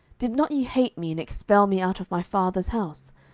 did not ye hate me, and expel me out of my father's house?